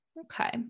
Okay